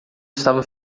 estava